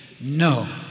No